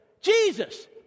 Jesus